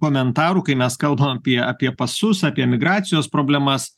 komentarų kai mes kalbam apie apie pasus apie emigracijos problemas